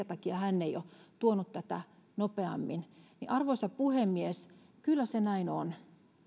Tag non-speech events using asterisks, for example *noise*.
*unintelligible* takia hän ei ole tuonut tätä nopeammin niin arvoisa puhemies kyllä se näin on